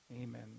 Amen